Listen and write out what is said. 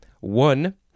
One